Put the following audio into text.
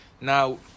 Now